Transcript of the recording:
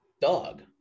Dog